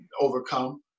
overcome